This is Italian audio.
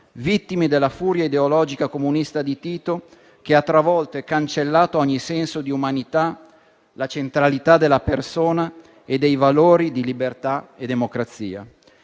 vittime della furia ideologica comunista di Tito, che ha travolto e cancellato ogni senso di umanità, la centralità della persona e dei valori di libertà e democrazia